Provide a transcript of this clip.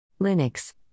linux